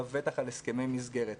לבטח על הסכמי מסגרת.